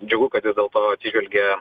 džiugu kad vis dėlto atsižvelgia